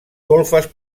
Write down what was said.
golfes